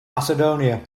macedonia